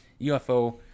UFO